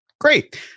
great